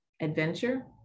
adventure